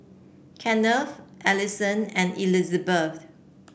Kenneth Alison and Elizbeth